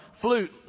flute